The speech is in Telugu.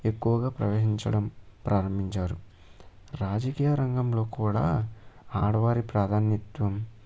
ఎక్కువగా ప్రవహించడం ప్రారంభించారు రాజకీయ రంగంలో కూడా ఆడవారి ప్రాధాన్యత్వం